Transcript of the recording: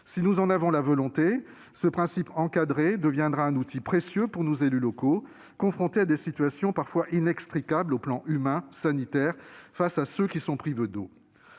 Si nous en avons la volonté, ce principe encadré deviendra un outil précieux pour nos élus locaux confrontés à des situations parfois inextricables aux plans humain et sanitaire face à ceux qui sont privés d'eau.